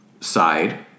side